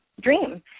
dream